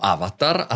Avatar